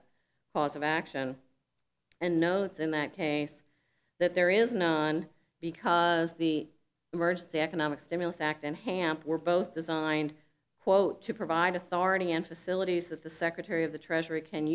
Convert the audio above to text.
cause of action and notes in that case that there is none because the emergency economic stimulus act and hamp were both designed quote to provide authority and facilities that the secretary of the treasury can